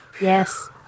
Yes